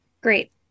Great